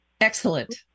Excellent